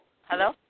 Hello